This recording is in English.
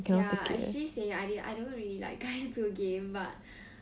ya I actually say I didn't I never really like guys who game but